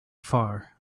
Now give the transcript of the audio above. far